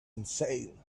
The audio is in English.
insane